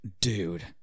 Dude